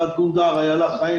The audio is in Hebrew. תת גונדר איילה חיים,